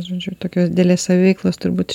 žodžiu tokios didelės saviveiklos turbūt